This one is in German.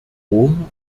rom